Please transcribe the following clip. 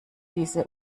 diese